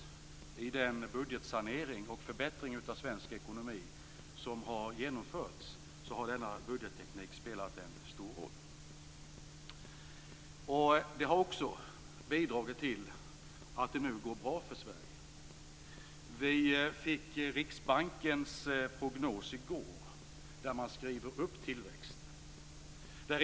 Vid den budgetsanering och förbättring av svensk ekonomi som har genomförts har denna budgetteknik spelat en stor roll. Den har också bidragit till att det nu går bra för Sverige. Vi fick i går en prognos från Riksbanken där tillväxten skrivs upp.